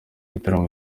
gitaramo